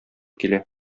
килә